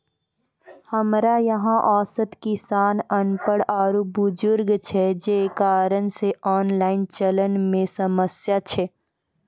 हमरा यहाँ औसत किसान अनपढ़ आरु बुजुर्ग छै जे कारण से ऑनलाइन चलन मे समस्या छै?